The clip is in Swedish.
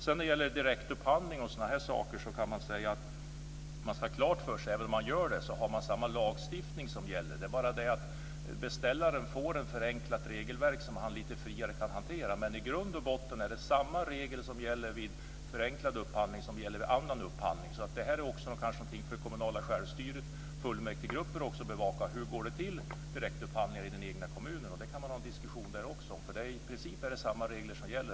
När det gäller direktupphandling och sådant ska man ha klart för sig att det är samma lagstiftning som gäller. Det är bara det att beställaren får ett förenklat regelverk som han kan hantera lite friare, men i grund och botten är det samma regler som gäller vid förenklad upphandling som gäller vid annan upphandling. Det är kanske någonting för det kommunala självstyret, fullmäktigegruppen, att bevaka hur direktupphandlingen går till i den egna kommunen. Man kan ha en diskussion där också. I princip är det samma regler som gäller.